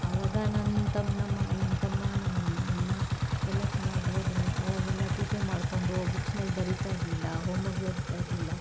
ಅವಾಗ ನನ್ನ ತಮ್ನಮ್ಮ ನನ್ನ ತಮ್ಮ ನನ್ನ ಅಣ್ಣ ಎಲ್ಲ ಚೆನ್ನಾಗಿ ಓದ್ರು ಅವಾಗೆಲ್ಲ ತೀಟೆ ಮಾಡ್ಕೊಂಡು ಬುಕ್ಸ್ನಲ್ಲಿ ಬರೀತಾ ಇರ್ಲಿಲ್ಲ ಹೋಮ್ ವರ್ಕ್ ಬರೀತಾ ಇರ್ಲಿಲ್ಲ